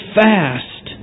fast